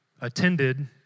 attended